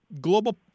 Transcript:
global